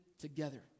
together